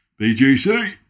BGC